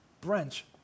branch